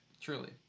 Truly